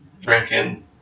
drinking